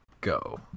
go